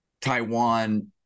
Taiwan